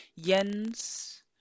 yens